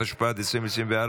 התשפ"ד 2024,